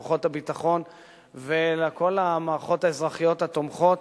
לכוחות הביטחון ולכל המערכות האזרחיות התומכות